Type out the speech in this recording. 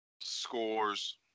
scores